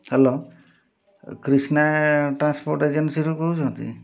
hello Krishna transport ଏଜେନ୍ସିରୁ କହୁଛନ୍ତି